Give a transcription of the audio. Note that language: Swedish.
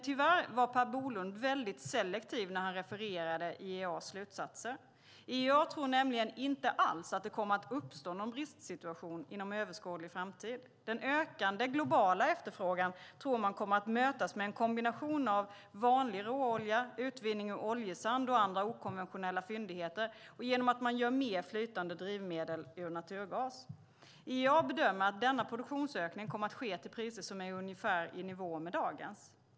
Tyvärr var Per Bolund väldigt selektiv när han refererade IEA:s slutsatser. IEA tror nämligen inte alls att det kommer att uppstå någon bristsituation inom överskådlig framtid. Den ökande globala efterfrågan tror man kommer att mötas med en kombination av vanlig råolja, utvinning ur oljesand och andra okonventionella fyndigheter och genom att man gör mer flytande drivmedel ur naturgas. IEA bedömer att denna produktionsökning kommer att ske till priser som är ungefär i nivå med dagens.